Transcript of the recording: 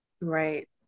Right